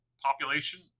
population